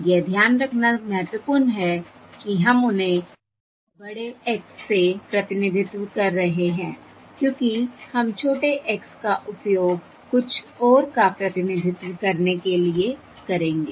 यह ध्यान रखना महत्वपूर्ण है कि हम उन्हें बड़े X से प्रतिनिधित्व कर रहे हैं क्योंकि हम छोटे x का उपयोग कुछ और का प्रतिनिधित्व करने के लिए करेंगे